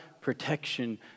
protection